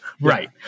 right